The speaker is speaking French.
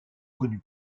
connu